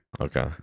Okay